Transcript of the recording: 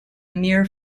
mere